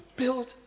build